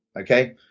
okay